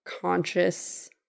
conscious